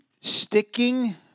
sticking